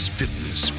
fitness